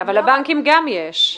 אבל גם לבנקים יש.